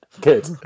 Good